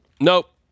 Nope